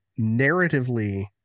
narratively